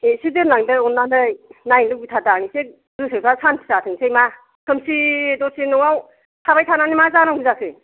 एसे दोनलांदो अननानै नायनो लुबैथारदां एसे गोसोफ्रा सानथि जाथोंसै मा खोमसि दरसि न'आव थाबाय थानानै मा जानांगौ जाखो